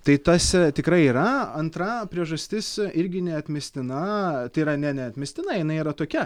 tai tas tikrai yra antra priežastis irgi neatmestina tai yra ne neatmestina jinai yra tokia